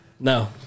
No